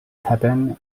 pepin